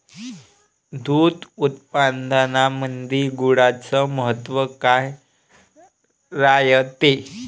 दूध उत्पादनामंदी गुळाचे महत्व काय रायते?